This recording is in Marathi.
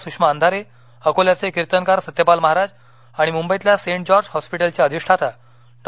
सृषमा अंधारे अकोल्याचे किर्तनकार सत्यपाल महाराज आणि मृंबईतील सेंट जॉर्ज हॉस्पीटलचे अधिष्ठाता डॉ